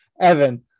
Evan